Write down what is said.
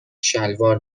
شلوار